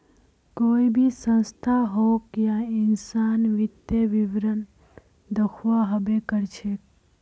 कोई भी संस्था होक या इंसान वित्तीय विवरण दखव्वा हबे कर छेक